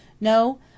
No